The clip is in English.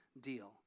deal